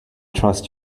trust